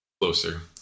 closer